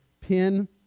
pin